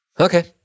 Okay